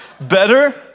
Better